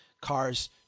cars